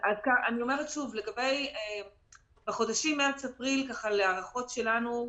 אני אומרת שוב, בחודשים מרץ-אפריל, להערכות שלנו,